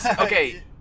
Okay